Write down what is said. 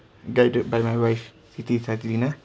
guided by my wife siti satalina